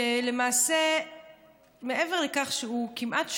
שלמעשה מעבר לכך שהוא כמעט שולט,